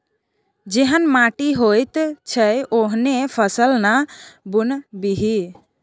जेहन माटि होइत छै ओहने फसल ना बुनबिही